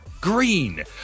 green